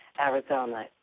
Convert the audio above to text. Arizona